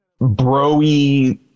bro-y